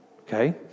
okay